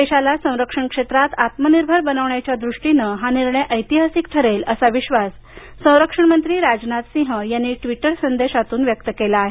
देशाला संरक्षण क्षेत्रात आत्मनिर्भर बनवण्याच्या दृष्टीनं हा निर्णय ऐतिहासिक ठरेल असा विश्वास संरक्षण मंत्री राजनाथ सिंह यांनी ट्वीटर संदेशातून व्यक्त केला आहे